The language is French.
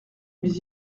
mais